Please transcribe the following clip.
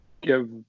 give